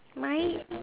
mine